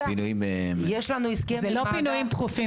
אה זה פינוי --- זה לא פינויים דחופים,